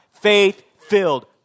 faith-filled